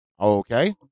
Okay